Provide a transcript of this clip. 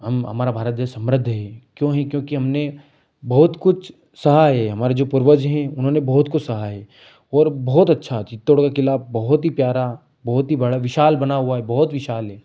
हम हमारा भारत देश समृद्ध है क्यों है क्योंकि हमने बहुत कुछ सहा है हमारे जो पूर्वज हैं उन्होंने बहुत कुछ सहा है और बहुत अच्छा चित्तौड़ का किला बहुत ही प्यारा बहुत ही बड़ा विशाल बना हुआ है बहुत विशाल है